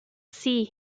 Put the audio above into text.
sea